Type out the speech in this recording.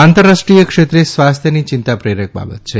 આંતરરાષ્ટ્રીય ક્ષેત્રે સ્વાસ્થ્યની ચિંતા પ્રેરક બાબત છે